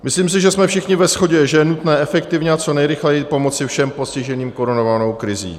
Myslím si, že jsme všichni ve shodě, že je nutné efektivně a co nejrychleji pomoci všem postiženým koronavirovou krizí.